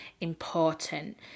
important